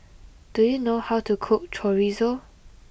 do you know how to cook Chorizo